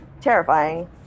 terrifying